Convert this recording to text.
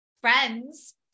friends